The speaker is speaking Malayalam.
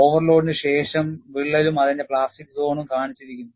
ഓവർലോഡിന് ശേഷം വിള്ളലും അതിന്റെ പ്ലാസ്റ്റിക് സോൺ ഉം കാണിച്ചിരിക്കുന്നു